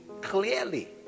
clearly